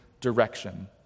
direction